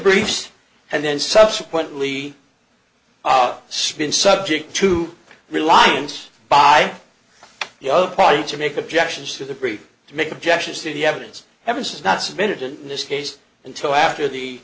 briefs and then subsequently of spin subject to reliance by the other party to make objections to the proof to make objections to the evidence evidence is not submitted in this case until after the